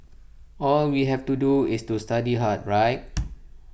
all we have to do is to study hard right